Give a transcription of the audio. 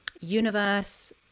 universe